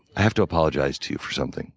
i have to apologize to you for something